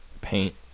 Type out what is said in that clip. paint